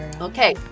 Okay